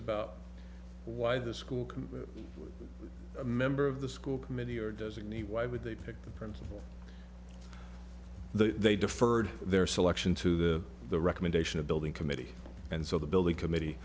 about why the school a member of the school committee or designate why would they pick the principal they deferred their selection to the the recommendation of building committee and so the building committee